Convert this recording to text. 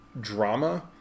drama